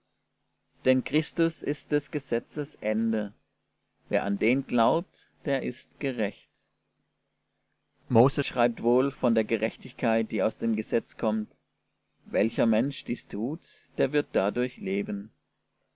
denn christus ist des gesetzes ende wer an den glaubt der ist gerecht mose schreibt wohl von der gerechtigkeit die aus dem gesetz kommt welcher mensch dies tut der wird dadurch leben